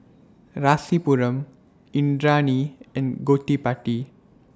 Rasipuram Indranee and Gottipati